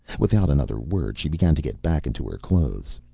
without another word, she began to get back into her clothes.